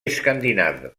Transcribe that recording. scandinave